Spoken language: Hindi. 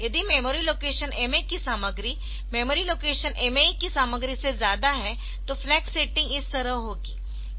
यदि मेमोरी लोकेशन MA की सामग्री मेमोरी लोकेशन MAE की सामग्री से ज्यादा है तो फ्लैग सेटिंग इस तरह होगी